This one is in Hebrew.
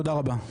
תודה רבה.